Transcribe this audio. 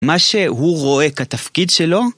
מה שהוא רואה כתפקיד שלו,